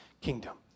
kingdom